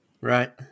Right